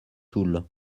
toul